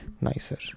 nicer